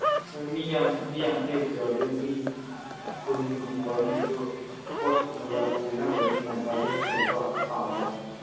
ꯍꯣꯏ ꯃꯤ ꯃꯤ ꯌꯥꯡꯈꯩꯕꯨꯗꯤ ꯍꯧꯖꯤꯛ ꯃꯤ ꯀꯨꯟꯒꯨꯝꯕ ꯑꯣꯏꯔꯅꯤ ꯑꯗꯨ ꯄꯣꯠꯀꯨꯝꯕ ꯌꯥꯝ ꯄꯨꯅꯉꯥꯏ ꯑꯣꯏꯕꯅꯤꯅ ꯒꯥꯔꯤ ꯑꯆꯧꯕ ꯄꯥꯝꯕ